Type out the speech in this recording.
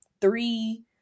three